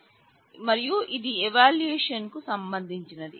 మరియు ఇది ఎవాల్యూయేషన్ కు సంబంధించినది